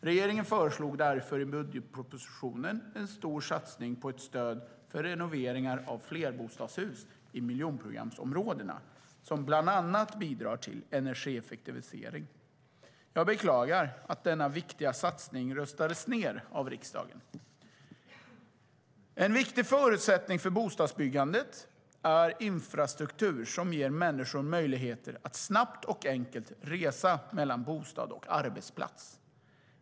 Regeringen föreslog därför i budgetpropositionen en stor satsning på ett stöd för renoveringar av flerbostadshus i miljonprogramsområdena som bland annat bidrar till energieffektivisering. Jag beklagar att denna viktiga satsning röstades ned av riksdagen. En viktig förutsättning för bostadsbyggandet är infrastruktur som ger människor möjligheter att snabbt och enkelt resa mellan bostad och arbetsplats.